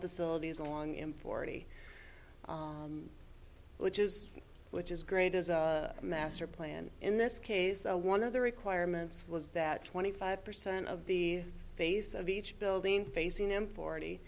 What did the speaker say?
silt is along in forty which is which is great as a master plan in this case one of the requirements was that twenty five percent of the face of each building facing them forty